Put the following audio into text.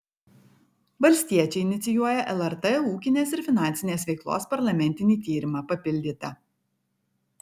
valstiečiai inicijuoja lrt ūkinės ir finansinės veiklos parlamentinį tyrimą papildyta